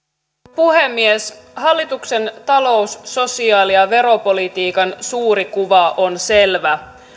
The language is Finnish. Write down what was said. puhemies hallituksen talous sosiaali ja veropolitiikan suuri kuva on selvä